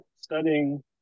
studying